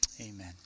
Amen